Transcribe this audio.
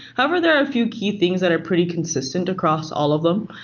however, there are a few key things that are pretty consistent across all of them,